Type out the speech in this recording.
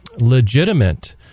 legitimate